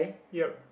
yup